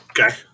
Okay